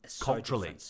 Culturally